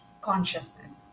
consciousness